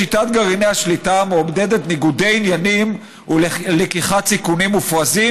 שיטת גרעיני השליטה מעודדת ניגודי עניינים ולקיחת סיכונים מופרזים,